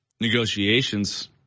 negotiations